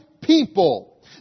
people